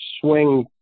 swing